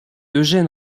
eugène